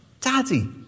Daddy